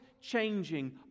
changing